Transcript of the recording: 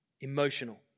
emotional